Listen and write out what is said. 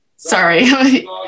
sorry